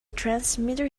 transmitter